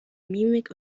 mimik